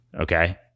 Okay